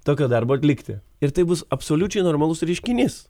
tokio darbo atlikti ir tai bus absoliučiai normalus reiškinys